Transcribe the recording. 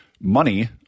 money